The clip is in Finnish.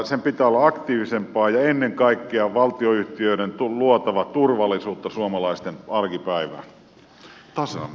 sen pitää olla aktiivisempaa ja ennen kaikkea valtionyhtiöiden on luotava turvallisuutta suomalaisten arkipäivään